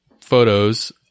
photos